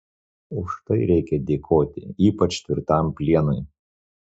už tai reikia dėkoti ypač tvirtam plienui